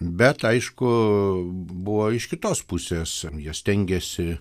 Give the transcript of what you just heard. bet aišku buvo iš kitos pusės jie stengėsi